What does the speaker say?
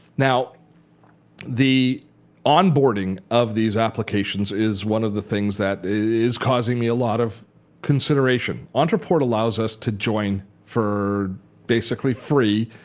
now the onboarding of these applications is one of the things that is causing me a lot of consideration. ontraport allows us to join for basically free